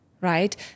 Right